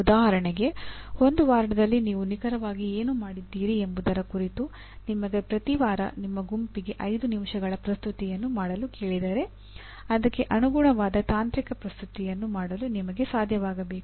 ಉದಾಹರಣೆಗೆ ಒಂದು ವಾರದಲ್ಲಿ ನೀವು ನಿಖರವಾಗಿ ಏನು ಮಾಡಿದ್ದೀರಿ ಎಂಬುದರ ಕುರಿತು ನಿಮಗೆ ಪ್ರತಿ ವಾರ ನಿಮ್ಮ ಗುಂಪಿಗೆ 5 ನಿಮಿಷಗಳ ಪ್ರಸ್ತುತಿಯನ್ನು ಮಾಡಲು ಕೇಳಿದರೆ ಅದಕ್ಕೆ ಅನುಗುಣವಾದ ತಾಂತ್ರಿಕ ಪ್ರಸ್ತುತಿಯನ್ನು ಮಾಡಲು ನಿಮಗೆ ಸಾಧ್ಯವಾಗಬೇಕು